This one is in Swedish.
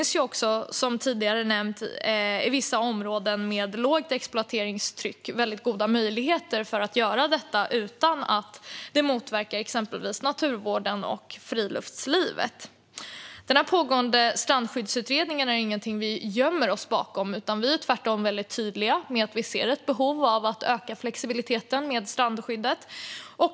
Som tidigare har nämnts finns i vissa områden med lågt exploateringstryck goda möjligheter att göra detta utan att motverka naturvården och friluftslivet. Den pågående strandskyddsutredningen är ingenting vi gömmer oss bakom, utan vi är tvärtom tydliga med att vi ser ett behov av att öka flexibiliteten i strandskyddet.